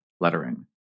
lettering